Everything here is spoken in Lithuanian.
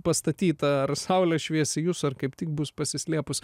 pastatyta ar saulė švies į jus ar kaip tik bus pasislėpus